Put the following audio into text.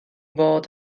fod